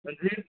अ